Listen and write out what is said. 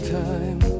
time